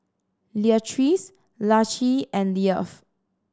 Leatrice Laci and Leif